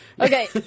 Okay